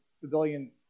civilian